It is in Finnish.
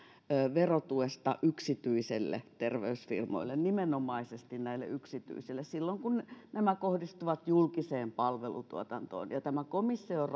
verotuesta yksityisille terveysfirmoille nimenomaisesti näille yksityisille silloin kun nämä kohdistuvat julkiseen palvelutuotantoon ja tämä komission